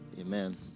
Amen